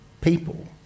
people